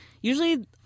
usually